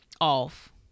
off